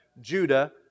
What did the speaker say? Judah